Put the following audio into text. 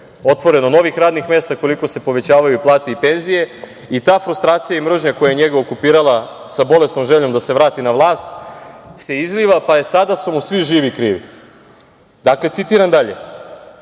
otvoreno novih radnih mesta, koliko se povećavaju plate i penzije i ta frustracija i mržnja koja je njega okupirala sa bolesnom željom da se vrati na vlast se izliva, pa su mu sada svi živi krivi. Dakle, citiram dalje: